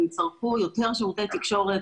הם צרכו יותר שירותי תקשורת,